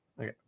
Okay